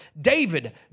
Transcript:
David